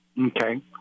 Okay